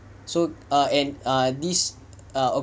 so ah and ah this ah